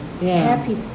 happy